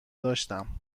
داشتم